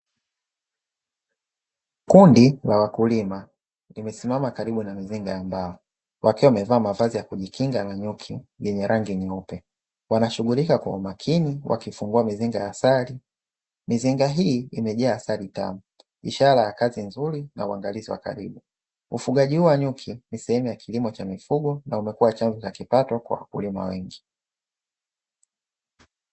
Kundi la wakulima, limesimama wamesimama karibu na mizinga ya mbao, wakiwa wamevaa mavazi ya kujikinga na nyuki yenye rangi nyeupe wanashughuli kwa umakini wakifungua mizinga ya asali. Mzinga hii imejaa asali tamu ishara ya kazi nzuri na uangalizi wa karibu. Ufugaji huu wa nyuki nisehemu ya kilimo cha mifugo na umekuwa chanzo cha mapato kwa wakulima wengi.